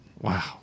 wow